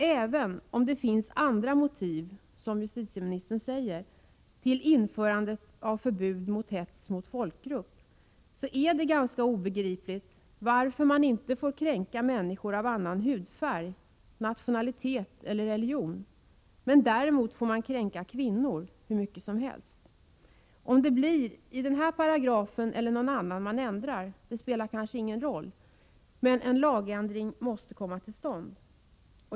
Även om det finns andra motiv, som justitieministern säger, till införandet av förbud mot hets mot folkgrupp är det ganska obegripligt att man, då man inte får kränka människor som har annan hudfärg, nationalitet eller religion, får kränka kvinnor hur mycket som helst. Om man ändrar i den här paragrafen eller i någon annan paragraf spelar kanske inte någon roll, men en lagändring måste komma till stånd.